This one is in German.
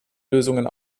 lösungen